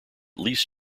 least